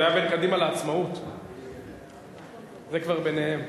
זה היה בין קדימה לעצמאות, זה כבר ביניהם.